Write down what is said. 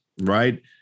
Right